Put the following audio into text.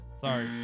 sorry